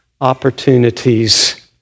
opportunities